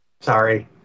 sorry